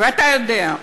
אתה יודע,